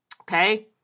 Okay